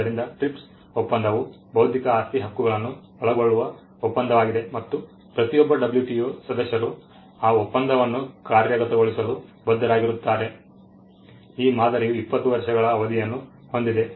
ಆದ್ದರಿಂದ TRIPS ಒಪ್ಪಂದವು ಬೌದ್ಧಿಕ ಆಸ್ತಿ ಹಕ್ಕುಗಳನ್ನು ಒಳಗೊಳ್ಳುವ ಒಪ್ಪಂದವಾಗಿದೆ ಮತ್ತು ಪ್ರತಿಯೊಬ್ಬ WTO ಸದಸ್ಯರು ಆ ಒಪ್ಪಂದವನ್ನು ಕಾರ್ಯಗತಗೊಳಿಸಲು ಬದ್ಧರಾಗಿರುತ್ತಾರೆ ಈ ಮಾದರಿಯು 20 ವರ್ಷಗಳ ಅವಧಿಯನ್ನು ಹೊಂದಿದೆ